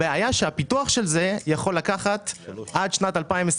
הבעיה שהפיתוח של זה יכול לקחת עד שנת 2024